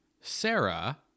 Sarah